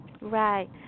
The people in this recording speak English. Right